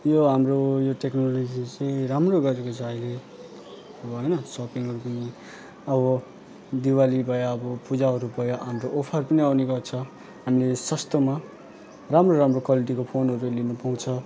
यो हाम्रो यो टेक्नोलोजीले चाहिँ राम्रो गरेको छ अहिले अब होइन सपिङहरू पनि अब दिवाली भयो अब पूजाहरू भयो हाम्रो अफर पनि आउने गर्छ अनि सस्तोमा राम्रो राम्रो क्वालिटीको फोनहरू लिन पाउँछ